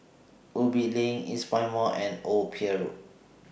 Ubi LINK Eastpoint Mall and Old Pier Road